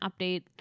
update